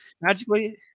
magically